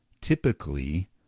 typically